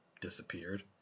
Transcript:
Disappeared